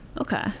Okay